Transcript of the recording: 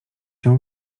się